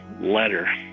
letter